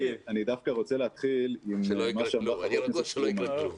אני דווקא רוצה להתחיל עם מה שאמרה חברת הכנסת פרומן.